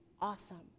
awesome